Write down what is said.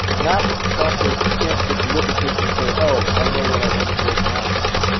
map software can't just look at this and say, oh, i know what i want to build the map from.